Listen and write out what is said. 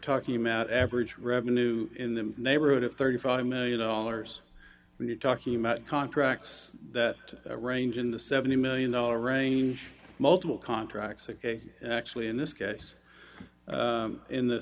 talking about average revenue in the neighborhood of thirty five million dollars when you're talking about contracts that range in the seventy million dollars range multiple contracts are actually in this case in the